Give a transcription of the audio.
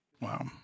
Wow